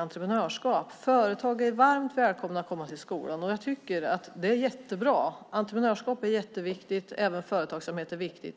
entreprenörskap väldigt mycket. Företag är varmt välkomna till skolan. Jag tycker att det är jättebra. Entreprenörskap är jätteviktigt, och även företagsamhet är viktigt.